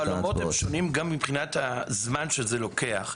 העולמות הם שונים גם מבחינת הזמן שזה לוקח.